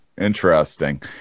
Interesting